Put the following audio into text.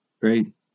Great